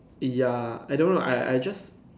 ya I don't know I I just